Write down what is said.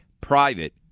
Private